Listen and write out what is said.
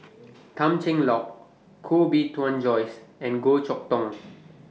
Tan Cheng Lock Koh Bee Tuan Joyce and Goh Chok Tong